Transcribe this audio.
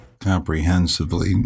comprehensively